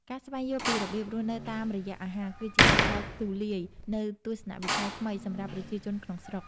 ការស្វែងយល់ពីរបៀបរស់នៅតាមរយៈអាហារ គឺជាការបើកទូលាយនូវទស្សនវិស័យថ្មីសម្រាប់ប្រជាជនក្នុងស្រុក។